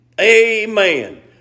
Amen